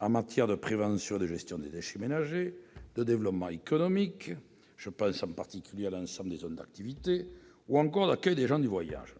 en matière de prévention et de gestion des déchets ménagers, de développement économique- je pense en particulier à l'ensemble des zones d'activité -ou encore d'accueil des gens du voyage.